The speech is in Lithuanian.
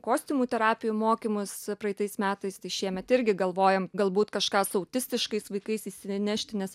kostiumų terapijų mokymus praeitais metais tai šiemet irgi galvojam galbūt kažką su autistiškais vaikais įsinešti nes